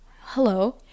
hello